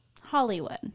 Hollywood